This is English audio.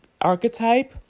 archetype